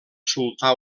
sultà